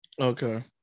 Okay